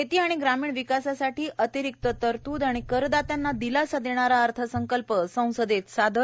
शेती आणि ग्रामीण विकासासावी अतिरिक्त तरतूद आणि करदात्यांना दिलासा देणाय अर्थसंकल्प संसदेत सादर